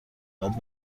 بعد